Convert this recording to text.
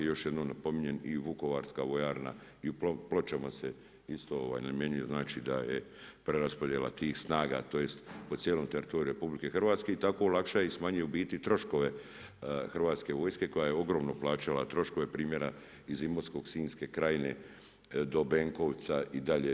I još jednom napominjem i vukovarska vojarna i u Pločama se isto namjenjuje, znači da je preraspodjela tih snaga, tj. po cijelom teritoriju RH i tako olakša i smanjuje u biti troškove Hrvatske vojske koja je ogromno plaćala troškove primjera iz Imotskog, Sinjske krajine do Benkovca i dalje.